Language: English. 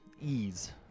ease